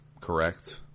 correct